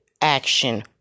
action